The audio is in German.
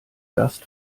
gast